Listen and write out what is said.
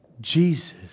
Jesus